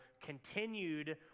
continued